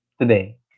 today